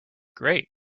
great